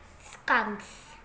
skunks